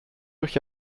durch